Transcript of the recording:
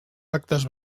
actes